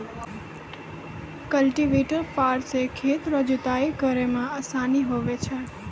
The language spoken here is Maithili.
कल्टीवेटर फार से खेत रो जुताइ करै मे आसान हुवै छै